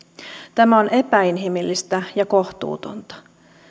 tämä on epäinhimillistä ja kohtuutonta